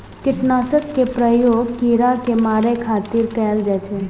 कीटनाशक के प्रयोग कीड़ा कें मारै खातिर कैल जाइ छै